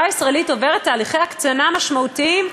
הישראלית עוברת תהליכי הקצנה משמעותיים,